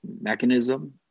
mechanism